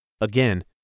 Again